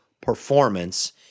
performance